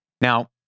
Now